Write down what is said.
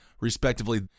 respectively